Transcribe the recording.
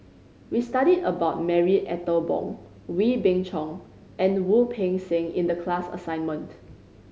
we studied about Marie Ethel Bong Wee Beng Chong and Wu Peng Seng in the class assignment